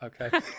Okay